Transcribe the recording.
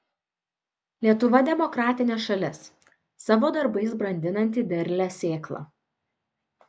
lietuva demokratinė šalis savo darbais brandinanti derlią sėklą